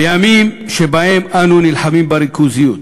בימים שבהם אנו נלחמים בריכוזיות